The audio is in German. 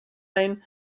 sein